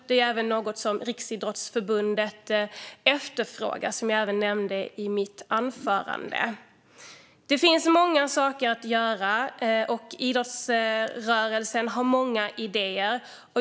Detta är även något som Riksidrottsförbundet efterfrågar, som jag nämnde i mitt anförande. Det finns många saker att göra, och idrottsrörelsen har många idéer.